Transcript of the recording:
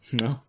No